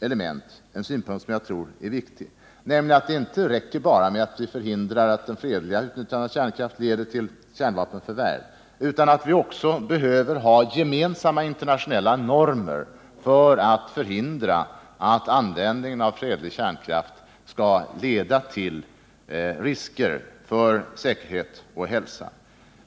element, som jag tror är viktigt, nämligen att det inte räcker att förhindra att det fredliga utnyttjandet av kärnkraft leder till kärnvapenförvärv utan att vi också behöver ha gemensamma internationella normer för att förhindra att användningen av fredlig kärnkraft leder till risker för säkerhet och hälsa.